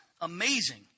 amazing